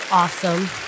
Awesome